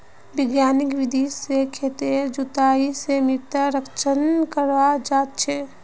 वैज्ञानिक विधि से खेतेर जुताई से मृदा संरक्षण कराल जा छे